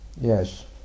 yes